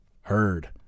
Heard